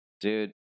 dude